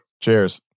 Cheers